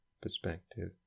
perspective